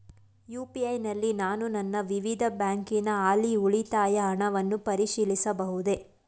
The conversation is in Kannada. ಯು.ಪಿ.ಐ ನಲ್ಲಿ ನಾನು ನನ್ನ ವಿವಿಧ ಬ್ಯಾಂಕಿನ ಹಾಲಿ ಉಳಿತಾಯದ ಹಣವನ್ನು ಪರಿಶೀಲಿಸಬಹುದೇ?